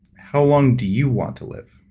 how long do you want to live?